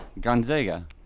Gonzaga